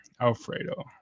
alfredo